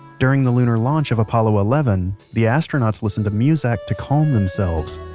during the lunar launch of apollo eleven, the astronauts listened to muzak to calm themselves.